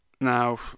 now